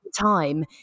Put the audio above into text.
time